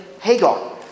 Hagar